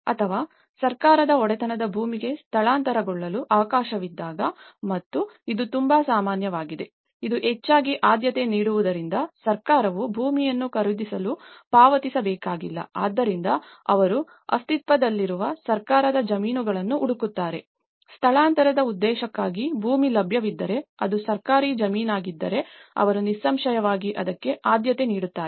ಅಥವಾ ಸರ್ಕಾರದ ಒಡೆತನದ ಭೂಮಿಗೆ ಸ್ಥಳಾಂತರಗೊಳ್ಳಲು ಅವಕಾಶವಿದ್ದಾಗ ಮತ್ತು ಇದು ತುಂಬಾ ಸಾಮಾನ್ಯವಾಗಿದೆ ಮತ್ತು ಇದು ಹೆಚ್ಚಾಗಿ ಆದ್ಯತೆ ನೀಡುವುದರಿಂದ ಸರ್ಕಾರವು ಭೂಮಿಯನ್ನು ಖರೀದಿಸಲು ಪಾವತಿಸಬೇಕಾಗಿಲ್ಲ ಆದ್ದರಿಂದ ಅವರು ಅಸ್ತಿತ್ವದಲ್ಲಿರುವ ಸರ್ಕಾರದ ಜಮೀನುಗಳನ್ನು ಹುಡುಕುತ್ತಾರೆ ಆದ್ದರಿಂದ ಸ್ಥಳಾಂತರದ ಉದ್ದೇಶಕ್ಕಾಗಿ ಭೂಮಿ ಲಭ್ಯವಿದ್ದರೆ ಅದು ಸರ್ಕಾರಿ ಜಮೀನಾಗಿದ್ದರೆ ಅವರು ನಿಸ್ಸಂಶಯವಾಗಿ ಅದಕ್ಕೆ ಆದ್ಯತೆ ನೀಡುತ್ತಾರೆ